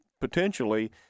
potentially